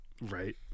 Right